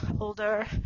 older